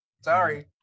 Sorry